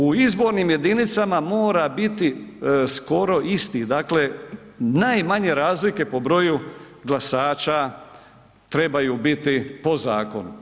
U izbornim jedinicama mora biti skoro isti, dakle najmanje razlike po broju glasača trebaju biti po zakonu.